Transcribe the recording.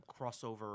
crossover